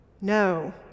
No